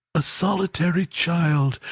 a solitary child,